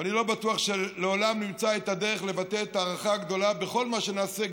ואני לא בטוח שלעולם נמצא את הדרך לבטא את ההערכה הגדולה בכל מה שנעשה,